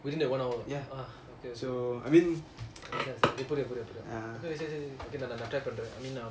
so I mean ya